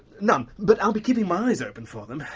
none, but i'll be keeping my eyes open for them.